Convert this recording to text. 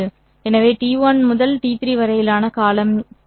எனவே t1 முதல் t3 வரையிலான காலம் என்ன